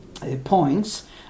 points